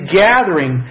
gathering